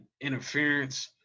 interference